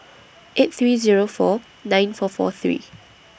eight three Zero four nine four four three